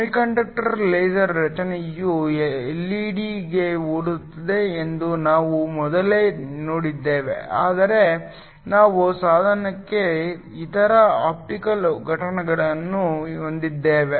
semiconductor laser ರಚನೆಯು ಎಲ್ಇಡಿಗೆ ಹೋಲುತ್ತದೆ ಎಂದು ನಾವು ಮೊದಲೇ ನೋಡಿದ್ದೇವೆ ಆದರೆ ನಾವು ಸಾಧನಕ್ಕೆ ಇತರ ಆಪ್ಟಿಕಲ್ ಘಟಕಗಳನ್ನು ಹೊಂದಿದ್ದೇವೆ